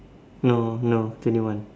no no twenty one